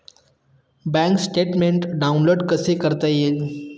Bank statement download कसे करता येईल?